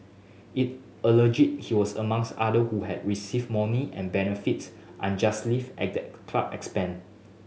it allege he was among other who had received money and benefit at the club expense